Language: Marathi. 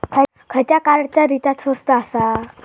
खयच्या कार्डचा रिचार्ज स्वस्त आसा?